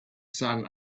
sun